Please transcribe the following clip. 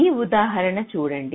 ఈ ఉదాహరణ చూడండి